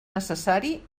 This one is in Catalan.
necessari